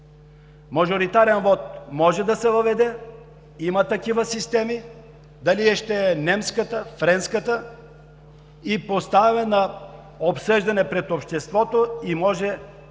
Мажоритарен вот може да се въведе, има такива системи. Дали ще е немската, френската и поставен на обсъждане пред обществото, и може тогава да